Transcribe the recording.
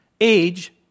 Age